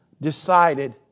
decided